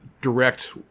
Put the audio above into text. direct